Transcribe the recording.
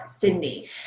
Sydney